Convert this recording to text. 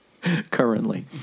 currently